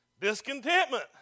Discontentment